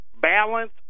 balance